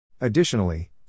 Additionally